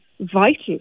vital